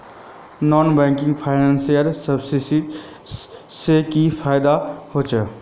Non banking financial services से की फायदा होचे?